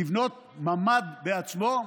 לבנות ממ"ד בעצמו,